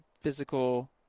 physical